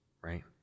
right